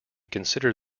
consider